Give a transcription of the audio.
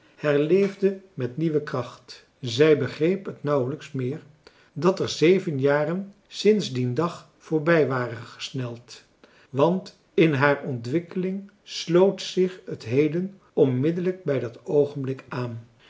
herleefde met nieuwe kracht zij begreep het nauwelijks meer dat er zeven jaren sinds dien dag voorbij waren gesneld want in haar ontwikkeling sloot zich het heden onmiddelijk bij dat oogenblik aan